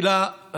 לגופו של עניין,